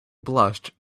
blushed